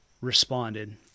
responded